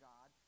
God